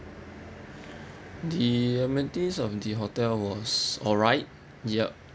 the amenities of the hotel was alright yup